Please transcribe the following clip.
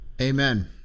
Amen